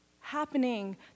happening